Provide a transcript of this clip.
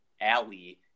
Alley